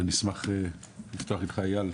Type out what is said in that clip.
ואני אשמח לפתוח איתך אייל,